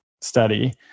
study